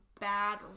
bad